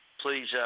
please